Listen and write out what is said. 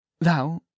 thou